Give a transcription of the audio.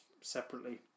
separately